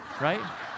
right